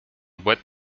boîtes